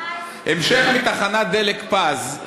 המשך מתחנת הדלק פז,